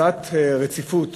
הצעת רציפות